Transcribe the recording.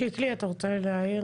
שיקלי, בבקשה.